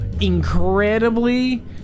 incredibly